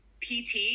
PT